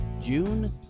June